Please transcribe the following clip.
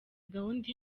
gahunda